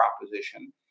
proposition